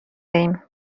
ایم